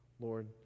Lord